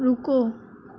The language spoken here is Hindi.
रुको